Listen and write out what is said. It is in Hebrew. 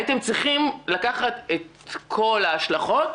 הייתם צריכים לקחת את כל ההשלכות,